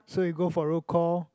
so you go for roll call